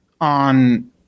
on